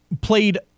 played